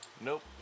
Nope